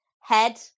head